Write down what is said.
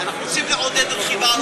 אנחנו רוצים לעודד רכיבה על אופניים רגילים.